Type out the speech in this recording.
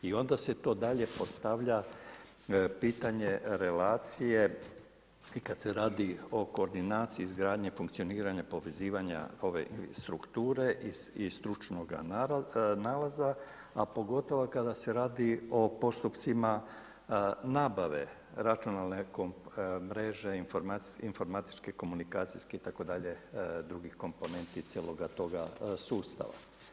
I onda se to dalje postavlja pitanje relacije i kad se radi o koordinaciji izgradnje funkcioniranja, povezivanja ove strukture i stručnoga nalaza, a pogotovo kada se radi o postupcima nabave računalne mreže, informatičke, komunikacijske itd. drugih komponenti cijeloga toga sustava.